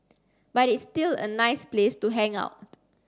but it's still a nice place to hang out